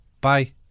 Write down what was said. Bye